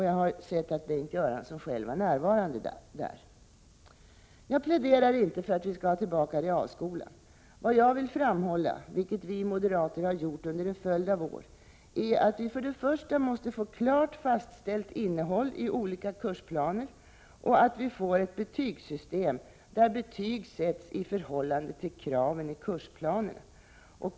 Jag har sett att Bengt Göransson själv var närvarande där. Jag pläderar inte för att vi skall ha tillbaka realskolan. Vad jag vill framhålla — vilket vi moderater har gjort under en följd av år — är att vi först och främst måste få ett klart fastställt innehåll i olika kursplaner och att vi får ett betygssystem där betyg sätts i förhållande till kraven i kursplanerna.